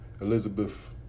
Elizabeth